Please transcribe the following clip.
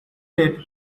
did